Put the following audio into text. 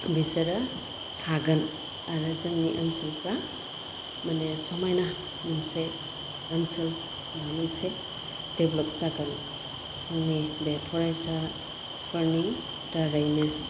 बिसोरो हागोन आरो जोंनि ओनसोलफ्रा माने समायना मोनसे ओनसोल माबा मोनसे डेभलप जागोन जोंनि बे फरायसाफोरनि दारैनो